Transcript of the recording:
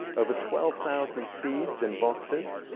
over twelve thousand seeds in boxes,